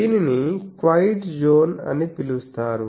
దీనిని quiet zone అని కూడా పిలుస్తారు